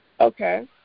Okay